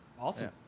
Awesome